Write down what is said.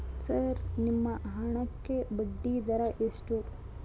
Sir ನಿಮ್ಮ ಹಣಕ್ಕೆ ಬಡ್ಡಿದರ ಎಷ್ಟು?